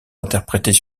interprétés